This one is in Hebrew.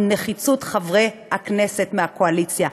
על נחיצות חברי הכנסת מהקואליציה.